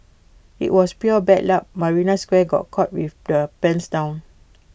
IT was pure bad luck marina square got caught with their pants down